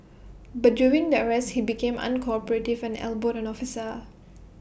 but during the arrest he became uncooperative and elbowed an officer